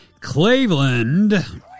Cleveland